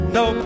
no